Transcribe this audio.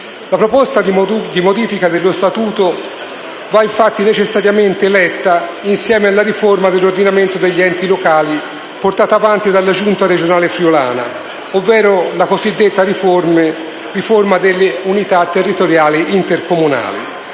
La proposta di modifica dello Statuto va, infatti, necessariamente letta assieme alla riforma dell'ordinamento degli enti locali, portata avanti dalla Giunta regionale friulana, ovvero la cosiddetta riforma delle unità territoriali intercomunali.